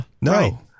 no